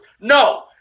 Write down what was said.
No